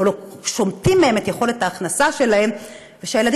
שומטים מהם את יכולת ההכנסה שלהם ושהילדים